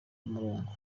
umurongo